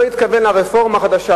לא התכוון לרפורמה החדשה.